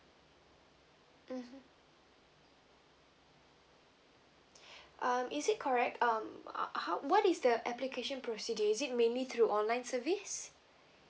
mmhmm um is it correct um uh how what is the application procedure is it mainly through online service